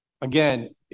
Again